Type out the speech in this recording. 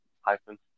hyphen